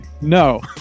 No